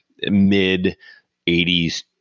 mid-80s